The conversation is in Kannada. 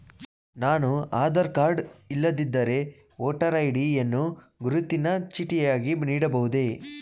ನಾನು ಆಧಾರ ಕಾರ್ಡ್ ಇಲ್ಲದಿದ್ದರೆ ವೋಟರ್ ಐ.ಡಿ ಯನ್ನು ಗುರುತಿನ ಚೀಟಿಯಾಗಿ ನೀಡಬಹುದೇ?